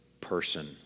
person